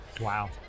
wow